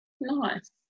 Nice